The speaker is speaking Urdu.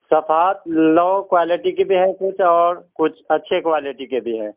صفحات لو کوالٹی کے بھی ہیں کچھ اور کچھ اچھے کوالٹی کے بھی ہیں